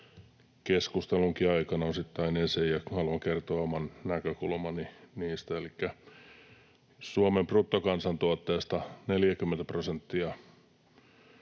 keskustelunkin aikana osittain esiin, ja haluan kertoa oman näkökulmani niistä. Elikkä Suomen bruttokansantuotteesta 40 prosenttia